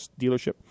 dealership